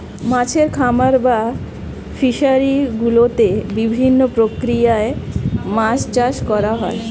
মাছের খামার বা ফিশারি গুলোতে বিভিন্ন প্রক্রিয়ায় মাছ চাষ করা হয়